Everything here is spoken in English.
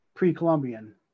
pre-Columbian